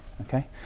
okay